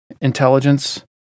intelligence